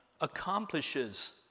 accomplishes